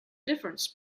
difference